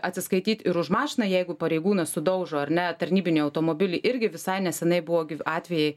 atsiskaityt ir už mašiną jeigu pareigūnas sudaužo ar ne tarnybinį automobilį irgi visai nesenai buvo gi atvejai